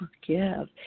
forgive